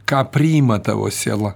ką priima tavo siela